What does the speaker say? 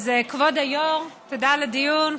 אז כבוד היו"ר, תודה על הדיון.